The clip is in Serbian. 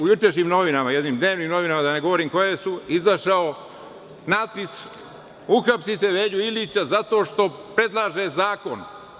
U jučerašnjim novinama, jednim dnevnim novinama, da je govorim koje su, izašao je natpis „Uhapsite Velju Ilića zato što predlaže zakon“